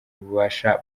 ububasha